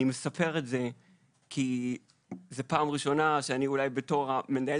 אני מספר את זה כי זו פעם ראשונה שאני אולי בתור המנהל